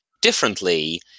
differently